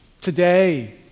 Today